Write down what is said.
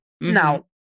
now